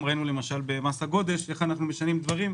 ראינו למשל במס הגודש איך אנחנו משנים דברים,